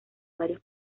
varios